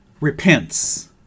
repents